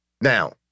Now